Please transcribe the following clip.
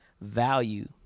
value